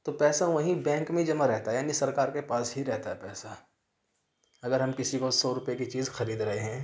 تو پیسہ وہیں بینک میں جمع رہتا یعنی سرکار کے پاس ہی رہتا ہے پیسہ اگر ہم کسی کو سو روپیے کی چیز خرید رہے ہیں